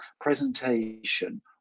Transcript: presentation